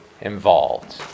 involved